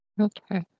Okay